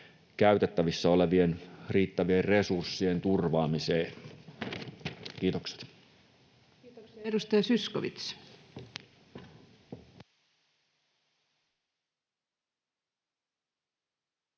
käytettävissä olevien riittävien resurssien turvaamiseen.” — Kiitokset. Kiitoksia. — Edustaja Zyskowicz. Arvoisa